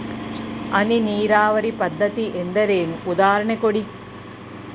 ಹನಿ ನೀರಾವರಿ ಪದ್ಧತಿ ಎಂದರೇನು, ಉದಾಹರಣೆ ಕೊಡಿ?